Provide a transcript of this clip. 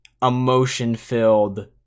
emotion-filled